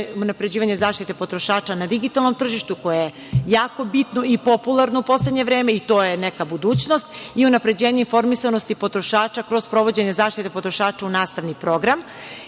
zaštite potrošača na digitalnom tržištu, koje je jako bitno i popularno u poslednje vreme i to je neka budućnost, i unapređenje informisanosti potrošača kroz sprovođenje zaštite potrošača u nastavni